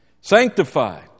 Sanctified